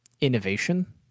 innovation